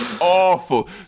awful